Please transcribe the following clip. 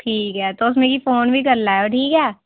ठीक ऐ तुस मिगी फोन बी करी लैएओ ठीक ऐ